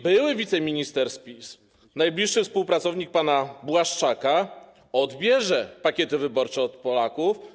Były wiceminister z PiS, najbliższy współpracownik pana Błaszczaka, odbierze pakiety wyborcze od Polaków.